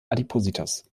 adipositas